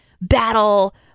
battle